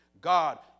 God